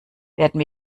werden